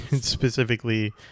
specifically